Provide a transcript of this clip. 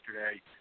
yesterday